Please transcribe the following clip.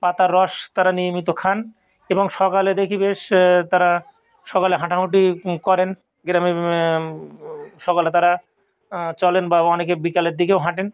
পাতার রস তারা নিয়মিত খান এবং সকালে দেখি বেশ তারা সকালে হাঁটাহাঁটি করেন গ্রামের সকালে তারা চলেন বা অনেকে বিকালের দিকেও হাঁটেন